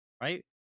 right